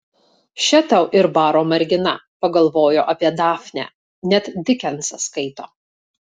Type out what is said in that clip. še tau ir baro mergina pagalvojo apie dafnę net dikensą skaito